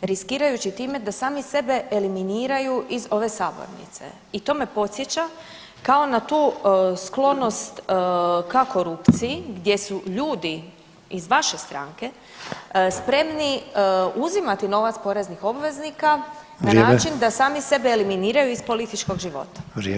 riskirajući time da sami sebe eliminiraju iz ove sabornice i to me podsjeća kao na tu sklonost ka korupciji gdje su ljudi iz vaše stranke spremni uzimati novac poreznih obveznika [[Upadica Sanader: Vrijeme.]] na način da sami sebe eliminiraju iz političkog života.